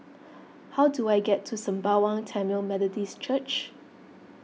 how do I get to Sembawang Tamil Methodist Church